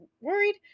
worried